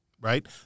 right